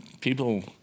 people